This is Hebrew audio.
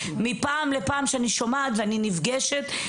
מפעם לפעם שאני שומעת ואני נפגשת,